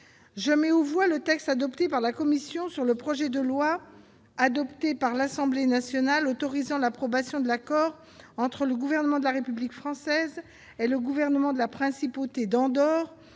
Je mets aux voix le texte adopté par la commission sur le projet de loi, adopté par l'Assemblée nationale, autorisant l'approbation de l'accord entre le gouvernement de la République française et le gouvernement de la Principauté d'Andorre